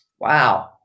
Wow